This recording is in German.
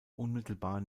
unmittelbar